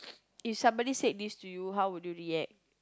if somebody said this to you how would you react